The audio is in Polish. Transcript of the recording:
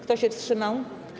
Kto się wstrzymał?